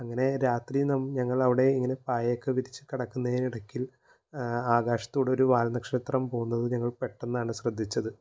അങ്ങനെ രാത്രി ഞങ്ങളവിടെ ഇങ്ങനെ പായയൊക്കെ വിരിച്ച് കിടക്കുന്നതിനിടയ്ക്ക് ആകാശത്തുകൂടെ ഒരു വാൽ നക്ഷത്രം പോകുന്നത് ഞങ്ങൾ പെട്ടെന്നാണ് ശ്രദ്ധിച്ചത്